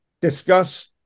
discuss